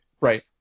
right